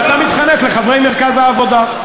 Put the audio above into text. ואתה מתחנף לחברי מרכז העבודה.